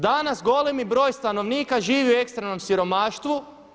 Danas golemi broj stanovnika živi u ekstremnom siromaštvu.